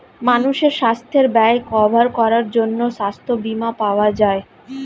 মানুষের সাস্থের ব্যয় কভার করার জন্যে সাস্থ বীমা পাওয়া যায়